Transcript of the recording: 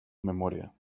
memoria